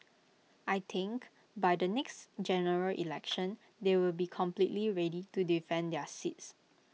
I think by the next General Election they will be completely ready to defend their seats